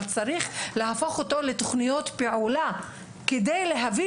אבל צריך להפוך את זה לתוכניות פעולה כדי להביא